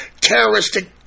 terroristic